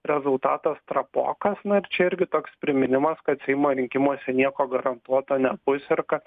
rezultatas trapokas na ir čia irgi toks priminimas kad seimo rinkimuose nieko garantuoto nebus ir kad